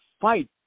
fight